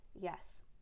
Yes